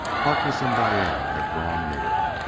harkness and diane had drawn near.